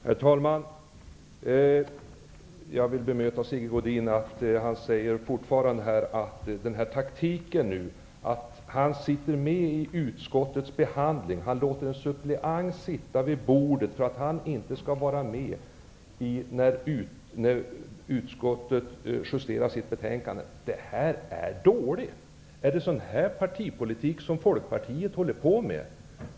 Herr talman! Jag vill bemöta Sigge Godins taktik. Sigge Godin vidhåller att han satt med vid utskottets behandling av frågan, men att han lät en suppleant sitta vid bordet därför att han inte skulle vara med när utskottet justerade betänkandet. Det är dåligt. Är det en sådan här partipolitik som Folkpartiet håller på med?